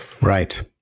Right